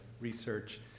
research